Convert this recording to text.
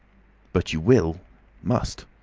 but you will must.